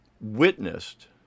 witnessed